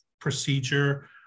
procedure